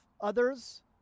others